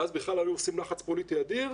ואז היו מפעילים לחץ פוליטי אדיר,